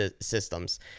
systems